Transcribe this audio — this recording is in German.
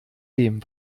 dem